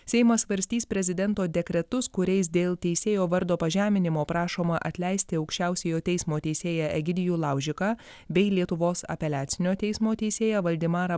seimas svarstys prezidento dekretus kuriais dėl teisėjo vardo pažeminimo prašoma atleisti aukščiausiojo teismo teisėją egidijų laužiką bei lietuvos apeliacinio teismo teisėją valdemarą